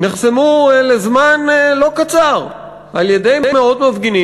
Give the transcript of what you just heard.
נחסמו לזמן לא קצר על-ידי מאות מפגינים